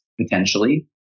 potentially